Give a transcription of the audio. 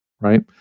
right